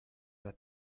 that